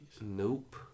Nope